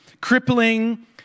Crippling